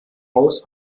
haus